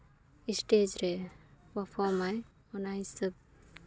stage ᱨᱮ perform ᱟᱭ ᱚᱱᱟ ᱦᱤᱥᱟᱹᱵ